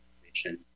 organization